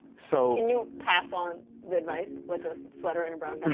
so can you pass on the advice like a sweater in a brown